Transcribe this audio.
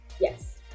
Yes